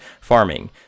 farming